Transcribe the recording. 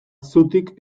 zutik